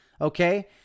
okay